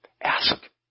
Ask